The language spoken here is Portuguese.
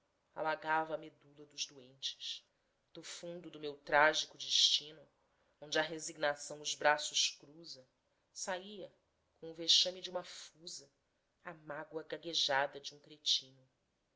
a medula dos doentes do fundo do meu trágico destino onde a resignação os braços cruza saía com o vexame de uma fusa a mágoa gaguejada de um cretino